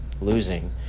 losing